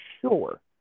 sure